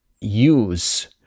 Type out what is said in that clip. use